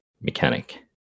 mechanic